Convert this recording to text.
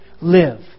live